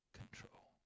control